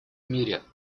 мире